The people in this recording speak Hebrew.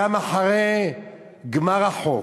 גם אחרי גמר החוק